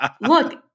Look